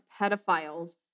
pedophiles